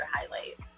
highlight